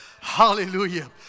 Hallelujah